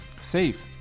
safe